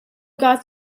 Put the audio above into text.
got